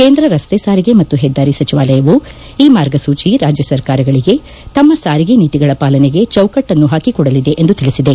ಕೇಂದ್ರ ರಸ್ತೆ ಸಾರಿಗೆ ಮತ್ತು ಹೆದ್ದಾರಿ ಸಚಿವಾಲಯವು ಈ ಮಾರ್ಗಸೂಚಿ ರಾಜ್ಯ ಸರ್ಕಾರಗಳಿಗೆ ತಮ್ಮ ಸಾರಿಗೆ ನೀತಿಗಳ ಪಾಲನೆಗೆ ಚೌಕಟ್ಟನ್ನು ಪಾಕಿಕೊಡಲಿದೆ ಎಂದು ತಿಳಿಸಿದೆ